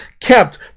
kept